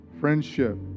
friendship